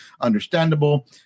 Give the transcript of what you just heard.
understandable